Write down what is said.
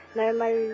normal